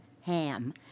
Ham